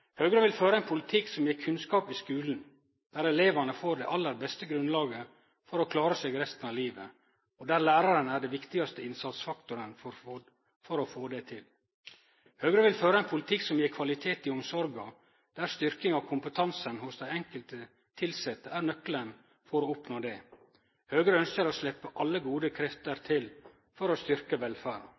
Høgre vil føre ein politikk som gjev kunnskap i skulen, der elevane får det aller beste grunnlaget for å klare seg resten av livet, og der læraren er den viktigaste innsatsfaktoren for å få det til. Høgre vil føre ein politikk som gjev kvalitet i omsorga, der styrking av kompetansen hos dei enkelte tilsette er nøkkelen for å oppnå det. Høgre ønskjer å sleppe alle gode krefter til for å styrkje velferda.